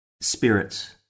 spirits